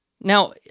Now